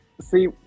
see